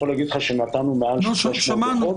נתנו מעל 300 דוחות.